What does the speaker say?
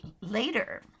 later